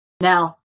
Now